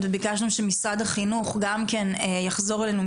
וביקשנו שמשרד החינוך גם יחזור אלינו,